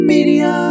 Media